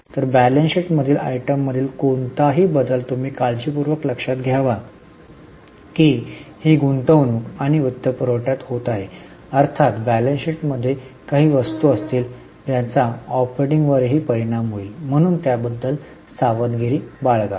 तर balance sheet मध्येील आयटममधील कोणताही बदल तुम्ही काळजीपूर्वक लक्षात घ्यावा की ही गुंतवणूक आणि वित्तपुरवठ्यात होत आहे अर्थात बैलन्स शीट मध्ये काही वस्तू असतील ज्याचा ऑपरेटिंग वरही परिणाम होईल म्हणून त्याबद्दल सावधगिरी बाळगा